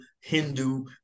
Hindu